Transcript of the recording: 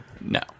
No